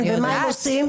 כן, ומה הם עושים?